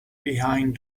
behind